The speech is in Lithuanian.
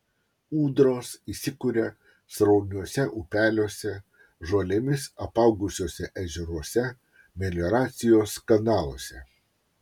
ūdros įsikuria srauniuose upeliuose žolėmis apaugusiuose ežeruose melioracijos kanaluose